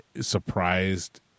surprised